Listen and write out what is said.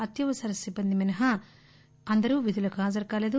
అత్యవసర సిబ్బంది మినహా అందరూ విధులకు హాజరుకాలేదు